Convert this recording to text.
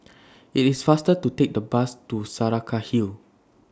IT IS faster to Take The Bus to Saraca Hill